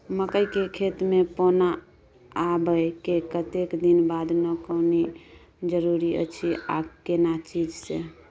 मकई के खेत मे पौना आबय के कतेक दिन बाद निकौनी जरूरी अछि आ केना चीज से?